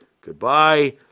Goodbye